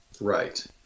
right